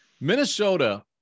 Minnesota